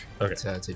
Okay